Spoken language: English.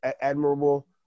admirable